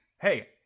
Hey